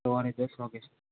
સવારે દસ વાગ્યે